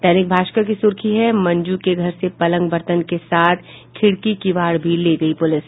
दैनिक भास्कर की सुर्खी है मंजू के घर से पलंग बरतन के साथ खिड़की किवाड़ भी ले गयी पुलिस